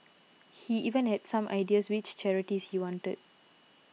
he even had some ideas which charities he wanted